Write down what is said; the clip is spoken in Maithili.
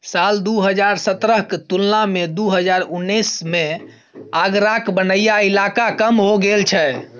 साल दु हजार सतरहक तुलना मे दु हजार उन्नैस मे आगराक बनैया इलाका कम हो गेल छै